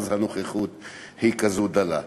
הנוכחות היא כזאת דלה.